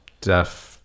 deaf